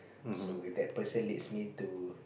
so if that person leads me to